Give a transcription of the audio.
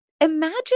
imagine